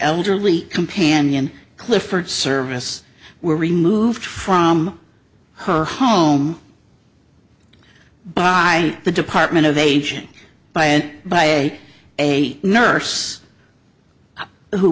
elderly companion clifford service were removed from her home by the department of aging by and by a a nurse who